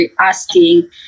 asking